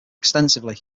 extensively